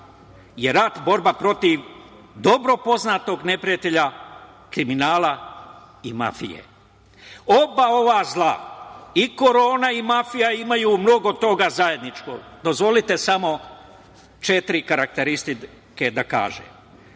je rat borba protiv dobro poznatog neprijatelja kriminala i mafije. Oba ova zla i Korona i mafija imaju mnogo toga zajedničkog. Dozvolite samo četiri karakteristike da kažem. Oba